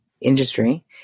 industry